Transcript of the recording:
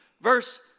verse